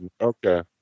Okay